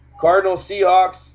Cardinals-Seahawks